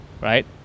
right